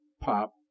pop